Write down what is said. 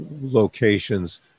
locations